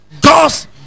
god's